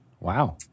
Wow